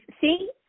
see